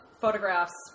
photographs